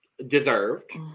Deserved